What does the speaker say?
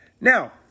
Now